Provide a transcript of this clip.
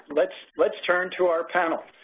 let's let's turn to our panel.